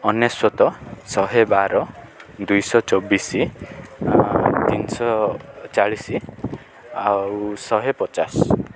ଅନେଶ୍ୱତ ଶହେ ବାର ଦୁଇଶହ ଚବିଶି ତିନିଶହ ଚାଳିଶି ଆଉ ଶହେ ପଚାଶ